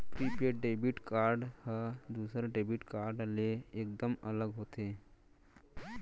prepaid debit card ह दूसर debit card ले एकदम अलग होथे